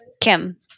Kim